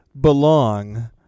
belong